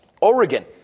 Oregon